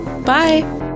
Bye